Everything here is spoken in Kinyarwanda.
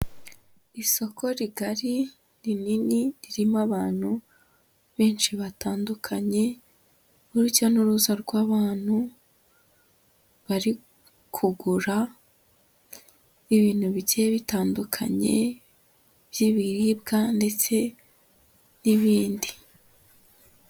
Isoko rigari rinini ririmo abantu benshi batandukanye urujya n'uruza rw'abantu, bari kugura ibintu bigiye bitandukanye by'ibiribwa ndetse n'ibindi.